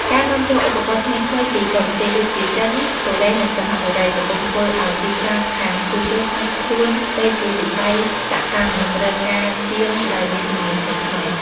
ការនាំចូលឧបករណ៍ថ្មីៗពីបរទេស ដូចជា ចិន កូរ៉េ និងសិង្ហបុរី កំពុងធ្វើឱ្យទីផ្សារខាងជួសជុលក្លាយខ្លួនទៅជាវិស័យសកម្ម និងត្រូវការជាងដែលមានជំនាញថ្មីៗ។